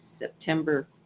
September